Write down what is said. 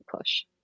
push